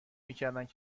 میکردند